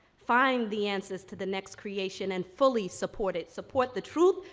find the answers to the next creation and fully support it, support the truth.